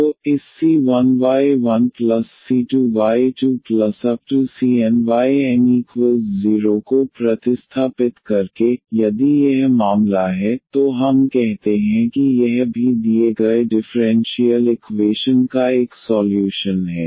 तो इस c1y1c2y2⋯cnyn0 को प्रतिस्थापित करके यदि यह मामला है तो हम कहते हैं कि यह भी दिए गए डिफरेंशियल इक्वेशन का एक सॉल्यूशन है